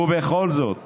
ובכל זאת